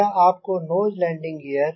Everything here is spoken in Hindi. यह आपका नोज़ लैंडिंग ग़ीयर